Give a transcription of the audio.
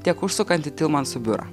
tiek užsukant į tilmansų biurą